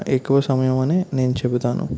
ఎక్కువ సమయం అనే నేను చెబుతాను